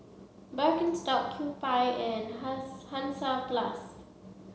Birkenstock Kewpie and Hansaplast